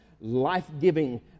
life-giving